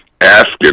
asking